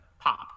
pop